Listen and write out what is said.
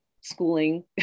schooling